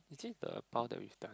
actually the pile that we've done